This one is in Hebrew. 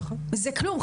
זה כלום,